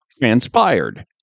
transpired